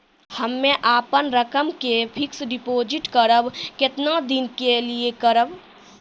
हम्मे अपन रकम के फिक्स्ड डिपोजिट करबऽ केतना दिन के लिए करबऽ?